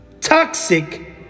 toxic